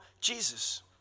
Jesus